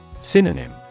Synonym